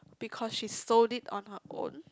because she sold it on her own